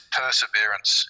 perseverance